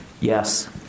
Yes